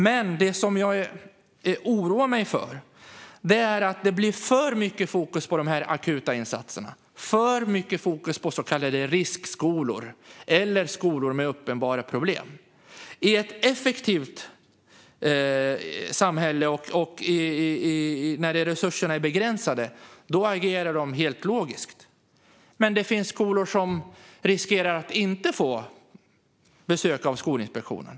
Men jag oroar mig för att det blir för mycket fokus på de akuta insatserna, för mycket fokus på så kallade riskskolor eller skolor med uppenbara problem. I ett effektivt samhälle och när resurserna är begränsade agerar man helt logiskt. Men det finns skolor som riskerar att inte få besök av Skolinspektionen.